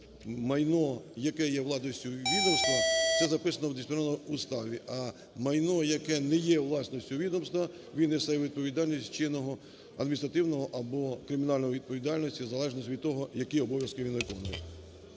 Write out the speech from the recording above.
майно, яке є власністю відомства, це записано в дисциплінарному уставі, а майно, яке не є власністю відомства, він несе відповідальність чинного адміністративного або кримінальну відповідальність в залежності від того, які обов'язки він виконує.